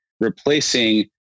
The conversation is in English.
replacing